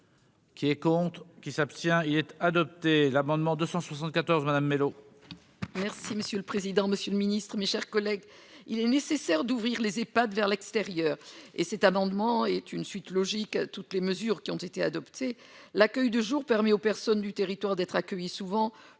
Qui est compte qui s'abstient-il être adopté l'amendement 274 Madame Mellow. Merci monsieur le président, Monsieur le Ministre, mes chers collègues, il est nécessaire d'ouvrir les Epad vers l'extérieur et cet amendement est une suite logique, toutes les mesures qui ont été adoptés, l'accueil de jour permet au personne du territoire d'être accueillis souvent